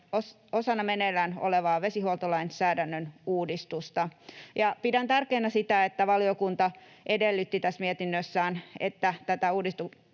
osana meneillään olevaa vesihuoltolainsäädännön uudistusta. Pidän tärkeänä sitä, että valiokunta edellytti tässä mietinnössään, että tätä uudistuksen